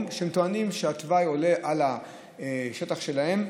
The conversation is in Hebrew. וטוענים שהתוואי עולה על השטח שלהם.